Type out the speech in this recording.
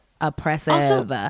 oppressive